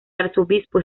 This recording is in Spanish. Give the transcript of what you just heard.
arzobispo